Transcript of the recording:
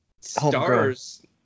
stars